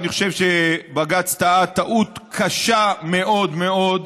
אני חושב שבג"ץ טעה טעות קשה מאוד מאוד.